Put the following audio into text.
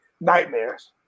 nightmares